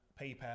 PayPal